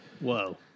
Whoa